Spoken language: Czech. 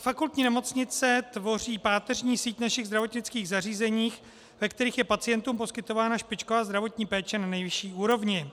Fakultní nemocnice tvoří páteřní síť našich zdravotnických zařízení, ve kterých je pacientům poskytována špičková zdravotní péče na nejvyšší úrovni.